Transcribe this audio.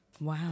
wow